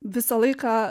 visą laiką